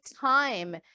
time